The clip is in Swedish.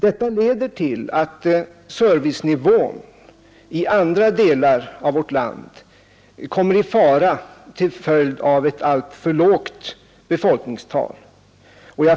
Detta leder till att servicenivån i vissa andra delar av landet kan komma i fara till följd av ett alltför lågt befolkningstal.